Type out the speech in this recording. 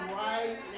right